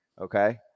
Okay